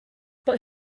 but